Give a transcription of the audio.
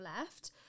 left